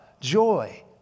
joy